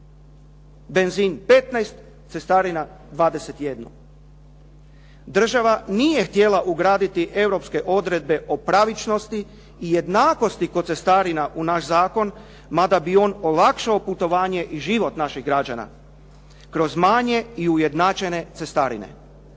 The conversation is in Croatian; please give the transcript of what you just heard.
Benzin 15, cestarina 21. Država nije htjela ugraditi europske odredbe o pravičnosti i jednakosti kod cestarina u naš zakon, mada bi on olakšao putovanje i život naših građana kroz manje i ujednačene cestarine.